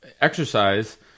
exercise